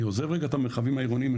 אני עוזב רגע את המרחבים העירונים אני